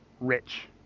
rich